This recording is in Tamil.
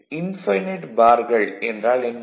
இன்ஃபைனைட் பார்கள் என்றால் என்ன